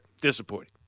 disappointing